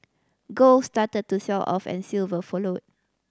gold started to sell off and silver followed